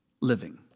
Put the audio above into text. living